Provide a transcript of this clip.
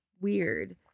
weird